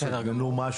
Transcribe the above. בסדר גמור.